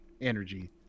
energy